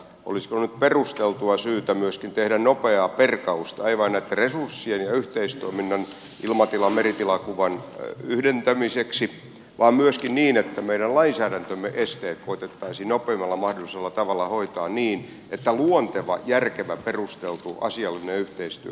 olisiko nyt perusteltua syytä myöskin tehdä nopeaa perkausta ei vain näitten resurssien ja yhteistoiminnan ilmatilan meritilakuvan yhdentämiseksi vaan myöskin niin että meidän lainsäädäntömme esteet koetettaisiin nopeimmalla mahdollisella tavalla hoitaa niin että luonteva järkevä perusteltu ja asiallinen yhteistyö kävisi mahdolliseksi